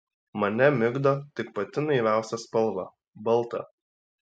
mane migdo tik pati naiviausia spalva balta